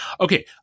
Okay